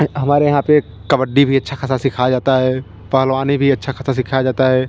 हमारे यहाँ पर कबड्डी भी अच्छा ख़ासा सिखाया जाता है पहलवानी भी अच्छा ख़ासा सिखाया जाता है